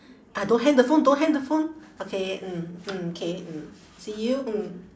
ah don't hang the phone don't hang the phone okay mm mm K mm see you mm